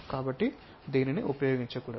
కాబట్టి దీనిని ఉపయోగించకూడదు